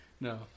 No